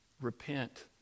Repent